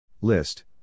List